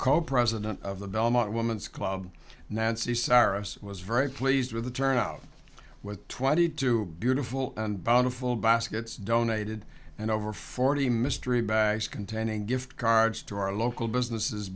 called president of the belmont woman's club nancy saros was very pleased with the turnout with twenty two beautiful and bountiful baskets donated and over forty mystery bags containing gift cards to our local businesses